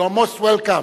You are most welcome.